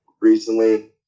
recently